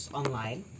online